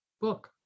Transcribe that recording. book